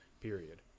period